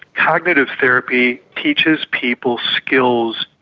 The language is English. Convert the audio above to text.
cognitive therapy teaches people skills.